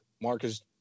Marcus